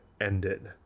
ended